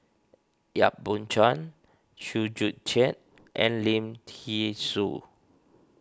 Yap Boon Chuan Chew Joo Chiat and Lim thean Soo